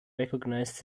recognized